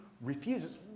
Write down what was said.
refuses